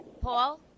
Paul